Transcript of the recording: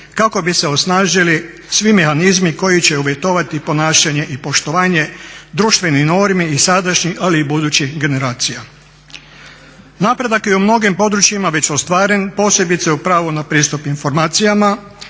kako bi se osnažili svi mehanizmi koji će uvjetovati ponašanje i poštovanje društvenih normi i sadašnjih, ali i budućih generacija. Napredak je i u mnogim područjima već ostvaren posebice u pravu na pristup informacijama,